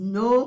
no